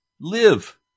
live